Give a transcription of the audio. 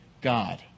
God